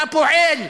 לפועל,